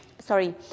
Sorry